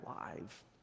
alive